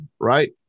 right